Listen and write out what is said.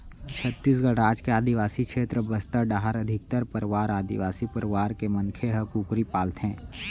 छत्तीसगढ़ राज के आदिवासी छेत्र बस्तर डाहर अधिकतर परवार आदिवासी परवार के मनखे ह कुकरी पालथें